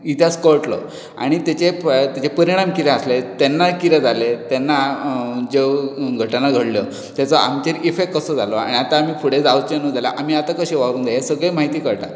इतिहास कळटलो आनी तेचे प्राय परिणाम कितें आसले तेन्ना कितें जाले तेन्ना आ अं ज्यो घटणा घडल्यो तेचो आमचेर इफेक्ट कसो जालो आनी आतां आमी फुडें जावचे नू जाल्यार आमी आता कशें वावरूंक जाय हे सगळी म्हायती कळटा